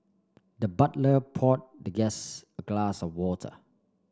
the butler poured the guest a glass of water